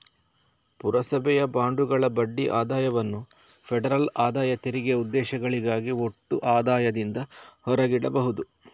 ಪುರಸಭೆಯ ಬಾಂಡುಗಳ ಬಡ್ಡಿ ಆದಾಯವನ್ನು ಫೆಡರಲ್ ಆದಾಯ ತೆರಿಗೆ ಉದ್ದೇಶಗಳಿಗಾಗಿ ಒಟ್ಟು ಆದಾಯದಿಂದ ಹೊರಗಿಡಬಹುದು